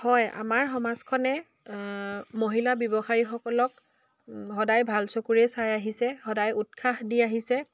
হয় আমাৰ সমাজখনে মহিলা ব্যৱসায়ীসকলক সদায় ভাল চকুৰে চাই আহিছে সদায় উৎসাহ দি আহিছে